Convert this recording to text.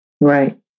Right